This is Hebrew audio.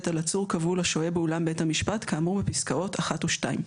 על עצור כבול השוהה באולם בית המשפט כאמור בפסקאות (1) ו־(2);".